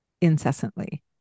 incessantly